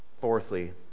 Fourthly